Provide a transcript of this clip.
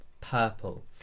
purple